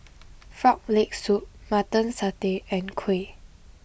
Frog Leg Soup Mutton Satay and Kuih